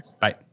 Bye